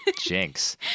jinx